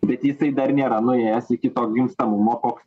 bet jisai dar nėra nuėjęs iki to gimstamumo koks